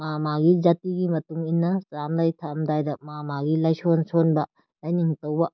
ꯃꯥ ꯃꯥꯒꯤ ꯖꯥꯇꯤꯒꯤ ꯃꯇꯨꯡ ꯏꯟꯅ ꯆꯥꯔꯝꯗꯥꯏ ꯊꯛꯑꯝꯗꯥꯏꯗ ꯃꯥ ꯃꯥꯒꯤ ꯂꯥꯏꯁꯣꯟ ꯁꯣꯟꯕ ꯂꯥꯏꯅꯤꯡ ꯇꯧꯕ